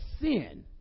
sin